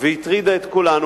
והטרידה את כולנו,